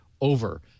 over